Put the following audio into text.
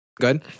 Good